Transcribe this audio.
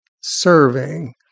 serving